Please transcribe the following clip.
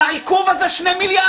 על העיכוב הזה 2 מיליארד?